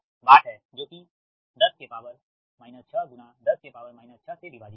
यह वाट है जो कि 10 6 गुणा 10 6 से विभाजित है